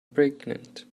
pregnant